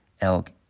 elk